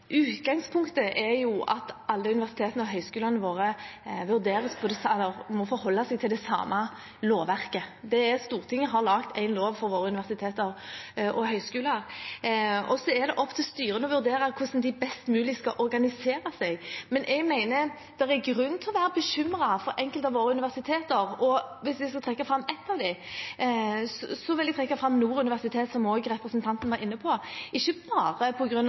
Utgangspunktet er at alle universitetene og høyskolene våre må forholde seg til det samme lovverket. Stortinget har laget en lov for universitetene og høyskolene, og så er det opp til styrene å vurdere hvordan de skal organisere seg best mulig. Men jeg mener det er grunn til å være bekymret for enkelte av våre universiteter, og hvis jeg skal trekke fram ett av dem, vil jeg trekke fram Nord universitet, som også representanten var inne på – ikke bare